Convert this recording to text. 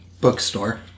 bookstore